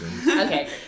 Okay